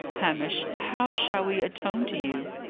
hamish, how shall we atone to you?